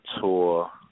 tour